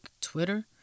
Twitter